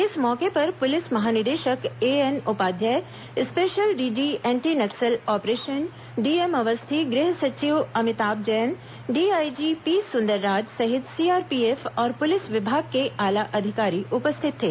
इस मौके पर पुलिस महानिदेशक AN Upadhyay special DG anti Naxal operation DM Awasthi गृह सचिव अमिताभ जैन डीआईजी पी सुंदरराज सहित सीआरपीएफ और पुलिस विभाग के आला अधिकारी उपस्थित थे